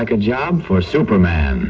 like a job for superman